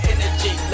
Energy